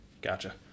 Gotcha